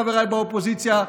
חבריי באופוזיציה,